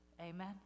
amen